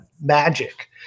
magic